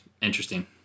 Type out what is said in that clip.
interesting